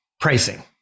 pricing